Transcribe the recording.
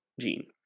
gene